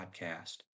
Podcast